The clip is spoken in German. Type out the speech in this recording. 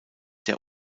der